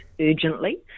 urgently